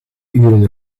uren